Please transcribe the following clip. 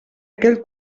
aquell